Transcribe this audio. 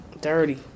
Dirty